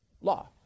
law